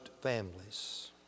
families